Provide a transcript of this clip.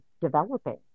developing